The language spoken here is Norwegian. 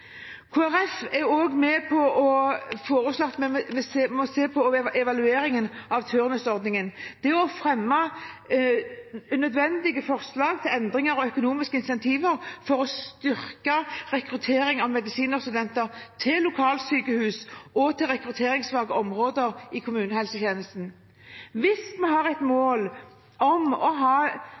Folkeparti er også med på å foreslå å se på evalueringen av turnusordningen og be om at det fremmes nødvendige forslag til endringer og økonomiske incentiver for å styrke rekrutteringen av medisinstudenter til lokalsykehus og rekrutteringssvake områder i kommunehelsetjenesten. Hvis vi har et mål om å ha